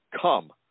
come